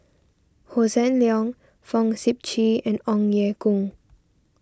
Hossan Leong Fong Sip Chee and Ong Ye Kung